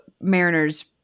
Mariner's